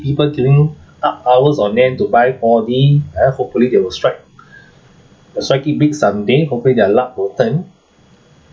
people queuing up hours on end to buy four D uh hopefully they will strike strike it big some day hoping their luck will turn